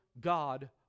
God